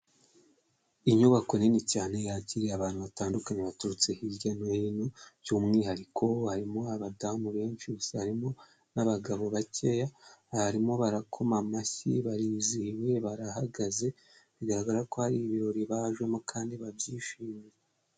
Inyubako nini cyane yakiriye abantu batandukanye baturutse hirya no hino by'umwihariko harimo abadamu benshi gusa harimo n'abagabo bakeya, barimo barakoma amashyi barizihiwe barahagaze bigaragara ko hari ibirori bajemo kandi babyishimiye.